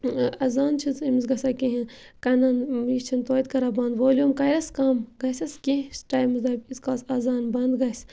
اَذان چھِس أمِس گژھان کِہیٖنۍ کَنَن یہِ چھِنہٕ تویتہِ کَران بَنٛد والیوٗم کَرٮ۪س کَم گَژھٮ۪س کینٛہہ ہَس ٹایمَس دَپہِ ییٖتِس کالَس اَذان بَند گَژھِ